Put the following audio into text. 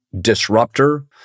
disruptor